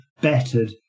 bettered